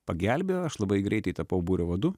pagelbėjo aš labai greitai tapau būrio vadu